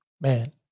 man